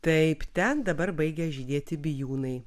taip ten dabar baigia žydėti bijūnai